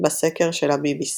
בסקר של ה-BBC.